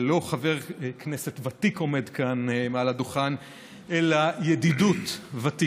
אחריו, חבר הכנסת צבי האוזר יברך את אבי גבאי.